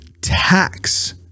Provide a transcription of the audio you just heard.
tax